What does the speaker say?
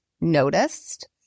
noticed